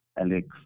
Alex